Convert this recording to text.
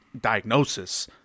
diagnosis